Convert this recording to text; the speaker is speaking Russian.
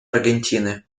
аргентины